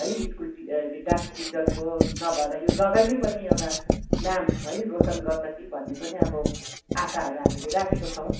है स्कुल टि के डान्स टिचरको नभएर यो जगाकै पनि एउटा नाम है रोसन गर्छ कि भन्ने पनि अब आशाहरू हामीले राखेको छौँ